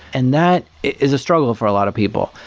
and that is a struggle for a lot of people.